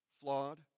flawed